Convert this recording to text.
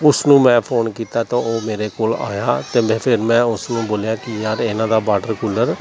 ਉਸ ਨੂੰ ਮੈ ਫੋਨ ਕੀਤਾ ਤਾਂ ਉਹ ਮੇਰੇ ਕੋਲ ਆਇਆ ਅਤੇ ਮੈਂ ਫਿਰ ਮੈਂ ਉਸ ਨੂੰ ਬੋਲਿਆ ਕਿ ਯਾਰ ਇਹਨਾਂ ਦਾ ਬਾਰਡਰ ਕੂਲਰ